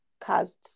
caused